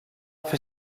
fer